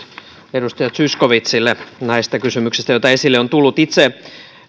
edustaja zyskowiczille näistä kysymyksistä joita esille on tullut itse